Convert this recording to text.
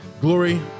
Glory